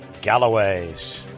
galloways